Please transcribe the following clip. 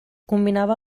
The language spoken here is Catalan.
combinava